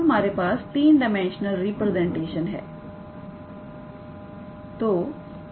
अब हमारे पास 3 डाइमेंशनल रिप्रेजेंटेशन है